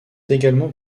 également